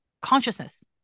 consciousness